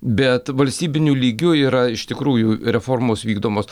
bet valstybiniu lygiu yra iš tikrųjų reformos vykdomos